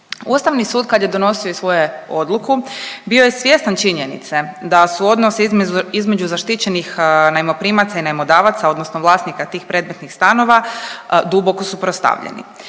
Ustavni sud kad je donosio svoju odluku bio je svjestan činjenice da su odnosi između zaštićenih najmoprimaca i najmodavaca odnosno vlasnika tih predmetnih stanova duboko suprotstavljeni,